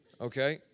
Okay